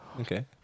okay